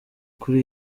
kuri